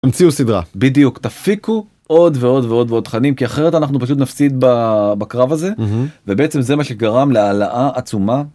תמציאו סדרה בדיוק תפיקו עוד ועוד ועוד ועוד תכנים כי אחרת אנחנו פשוט נפסיד בקרב הזה ובעצם זה מה שגרם להעלאה עצומה.